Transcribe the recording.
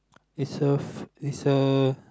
is a is a